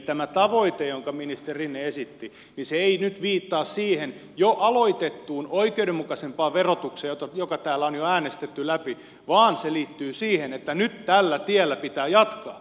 tämä tavoite jonka ministeri rinne esitti ei nyt viittaa siihen jo aloitettuun oikeudenmukaisempaan verotukseen joka täällä on jo äänestetty läpi vaan se liittyy siihen että nyt tällä tiellä pitää jatkaa